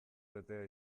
betea